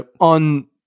on